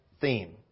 theme